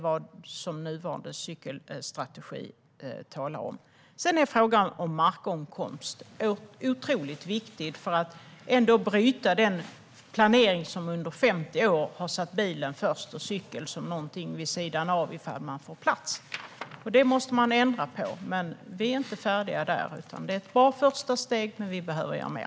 Frågan om markåtkomst är otroligt viktig för att bryta den planering som under 50 år har satt bilen först och cykeln som någonting vid sidan av ifall det finns plats. Det måste man ändra på, och vi är inte färdiga där. Det är ett bra första steg, men vi behöver göra mer.